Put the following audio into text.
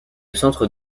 centre